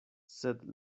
sed